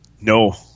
No